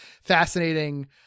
fascinating